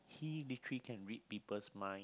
he literally can read people's mind